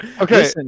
okay